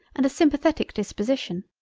and a simpathetic disposition,